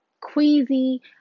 queasy